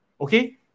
okay